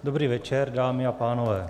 Dobrý večer, dámy a pánové.